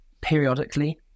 periodically